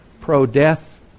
pro-death